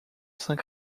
saint